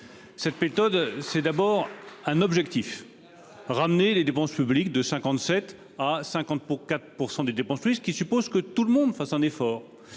Cette méthode, c'est d'abord un objectif, ramener les dépenses publiques de 57 à 50 pour 4% des dépenses plus ce qui suppose que tout le monde fasse un effort